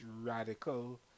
radical